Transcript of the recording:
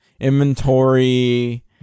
Inventory